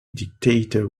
detector